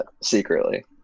secretly